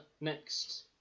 next